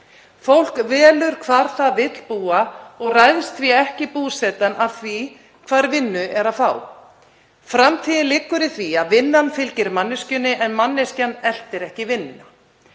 Fólk velur hvar það vill búa og ræðst því ekki búsetan af því hvar vinnu er að fá. Framtíðin liggur í því að vinnan fylgi manneskjunni en manneskjan elti ekki vinnuna.